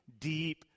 deep